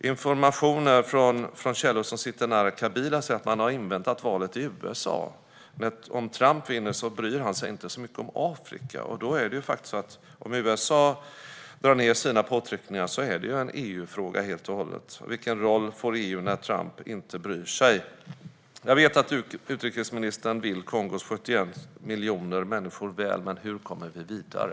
Information från källor som sitter nära Kabila säger att man har inväntat valet i USA, för om Trump vinner bryr han sig inte så mycket om Afrika. Om USA drar ned på sina påtryckningar är detta en EU-fråga helt och hållet. Vilken roll får EU när Trump inte bryr sig? Jag vet att utrikesministern vill Kongos 71 miljoner människor väl. Men hur kommer vi vidare?